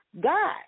God